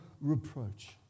reproach